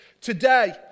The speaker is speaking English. Today